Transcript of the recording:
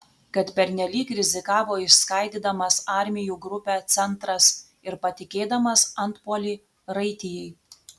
kad pernelyg rizikavo išskaidydamas armijų grupę centras ir patikėdamas antpuolį raitijai